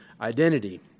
identity